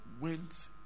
went